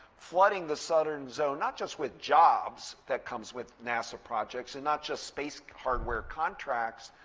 flooding the southern zone not just with jobs that comes with nasa projects and not just space hardware contracts,